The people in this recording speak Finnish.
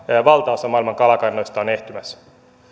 valtaosa maailman kalakannoista on ehtymässä